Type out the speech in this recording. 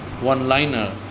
one-liner